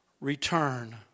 Return